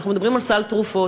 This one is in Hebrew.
אנחנו מדברים על סל התרופות,